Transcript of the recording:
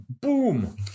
boom